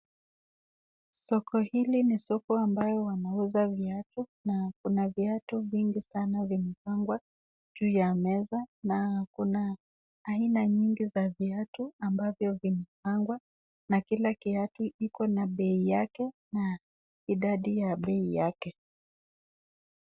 Soko hili ni soko ambayo wanauza viatu, na kuna viatu vingi vimeweza kupangwa juu ya meza, na kuna aina nyingi za viatu ambavyo vimepangwa, na kila kiatu iko na bei yake, na idadi ya bei yake.